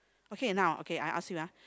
okay now okay I ask you ah